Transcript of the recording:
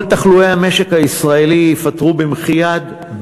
כל תחלואי המשק הישראלי ייפתרו במחי יד,